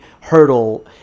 hurdle